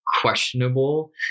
questionable